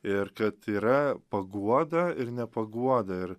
ir kad yra paguoda ir ne paguoda ir